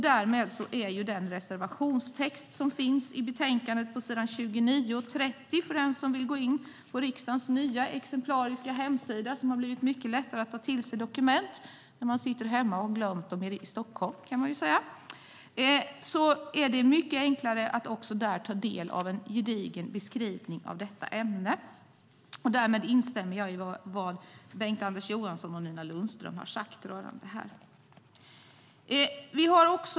I reservationstexten på sidorna 29 och 30 - den som vill kan gå in på riksdagens nya exemplariska hemsida där det blivit mycket lättare att ta till sig dokument när man sitter där hemma och har glömt dokumenten i Stockholm - är det nu mycket enklare att ta del av en gedigen beskrivning av ämnet. Med detta instämmer jag i vad Bengt-Anders Johansson och Nina Larsson sagt rörande det här.